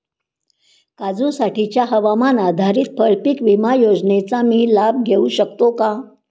काजूसाठीच्या हवामान आधारित फळपीक विमा योजनेचा मी लाभ घेऊ शकतो का?